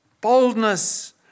Boldness